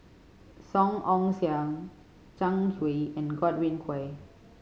Song Ong Siang Zhang Hui and Godwin Koay